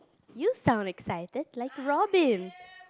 you sound excited like Robin